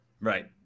Right